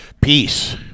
Peace